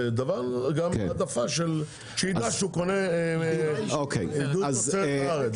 וגם שיידע שהוא קונה תוצרת הארץ.